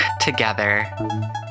together